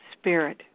spirit